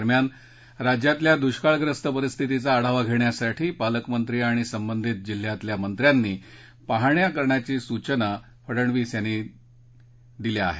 दरम्यान राज्यातल्या दुष्काळग्रस्त परिस्थितीचा आढावा घेण्यासाठी पालकमंत्री आणि सबंधित जिल्ह्यातल्या मंत्र्यांनी पाहणी करण्याच्या सुचना फडनवीस यांनी दिल्या आहेत